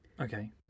Okay